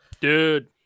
Dude